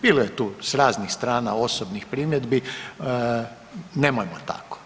Bilo je tu s raznih strana osobnih primjedbi, nemojmo tako.